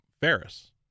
Ferris